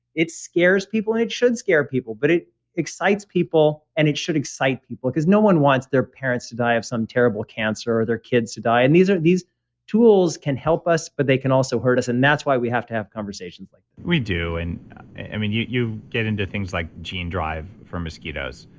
it scares people, and it should scare people, but it excites people, and it should excite people because no one wants their parents to die of some terrible cancer or their kids to die and these tools can help us but they can also hurt us. and that's why we have to have conversations like we do. and i mean, you you get into things like gene drive for mosquitoes,